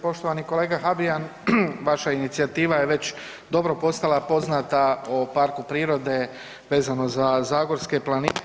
Poštovani kolega Habijan, vaša inicijativa je već dobro postala poznata o parku prirode vezano za zagorske planine.